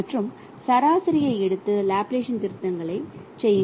மற்றும் சராசரியை எடுத்து லாப்லாசியன் திருத்தங்களைச் செய்யுங்கள்